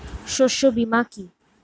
শস্য বীমা কি?